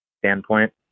standpoint